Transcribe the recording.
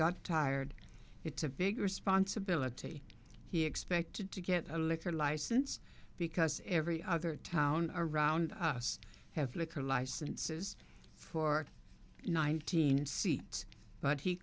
got tired it's a big responsibility he expected to get a liquor license because every other town around us have liquor licenses for nineteen seats but he